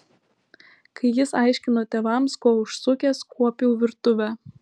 kai jis aiškino tėvams ko užsukęs kuopiau virtuvę